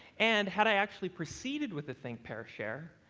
and had i actually proceeded with the think-pair-share,